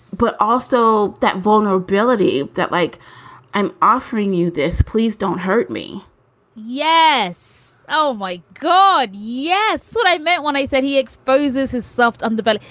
but also that vulnerability that like i'm offering you this, please don't hurt me yes. oh, my god. yes. what i meant when i said he exposes his soft underbelly,